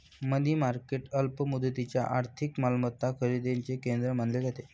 मनी market अल्प मुदतीच्या आर्थिक मालमत्ता खरेदीचे केंद्र मानले जाते